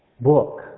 book